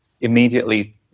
immediately